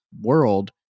world